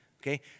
okay